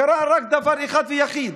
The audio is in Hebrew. קרה רק דבר אחד ויחיד: